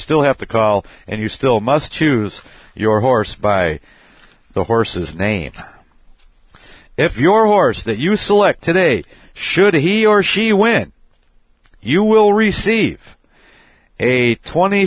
still have to call and you still must choose your horse by the horse's name if your horse that you select to date should he or she win you will receive a twenty